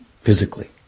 physically